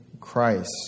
Christ